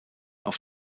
auf